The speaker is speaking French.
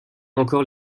encore